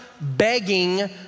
begging